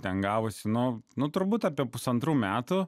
te gavosi nu nu turbūt apie pusantrų metų